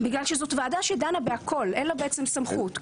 בגלל שזאת ועדה שדנה בכול, אין לה בעצם סמכות.